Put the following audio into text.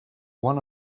one